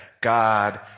God